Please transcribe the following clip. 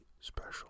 special